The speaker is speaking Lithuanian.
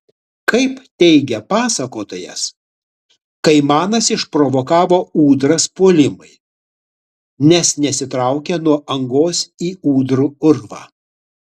kaip teigia pasakotojas kaimanas išprovokavo ūdras puolimui nes nesitraukė nuo angos į ūdrų urvą